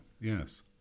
yes